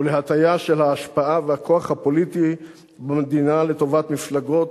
ולהטיה של ההשפעה והכוח הפוליטי במדינה לטובת מפלגות